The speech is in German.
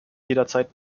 jederzeit